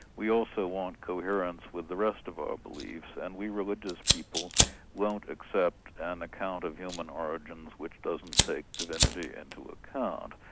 we also want coherence with the rest of our beliefs and we religious people won't accept an account of human origins which doesn't take divinity into account.